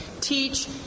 teach